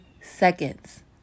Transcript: seconds